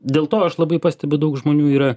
dėl to aš labai pastebiu daug žmonių yra